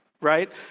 right